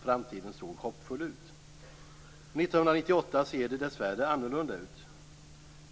Framtiden såg hoppfull ut. År 1998 ser det dessvärre annorlunda ut.